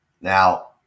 Now